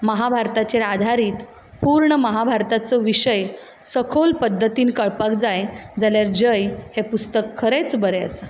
महाभारताचेर आधारीत पूर्ण महाभारताचो विशय सखोल पद्दतीन कळपाक जाय जाल्यार जय हें पुस्तक खरेंच बरें आसा